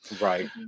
Right